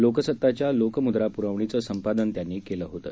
लोकसत्ताच्या लोकमुद्रा पुरवणीचं संपादन त्यांनी केलं होतं